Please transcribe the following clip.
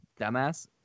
dumbass